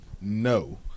no